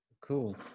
Cool